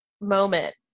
moment